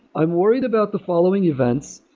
i'm worried about the following events.